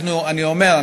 אני אומר,